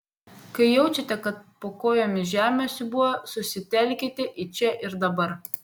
kai jaučiate kad po kojomis žemė siūbuoja susitelkite į čia ir dabar